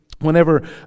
whenever